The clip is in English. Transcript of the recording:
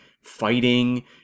fighting